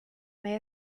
may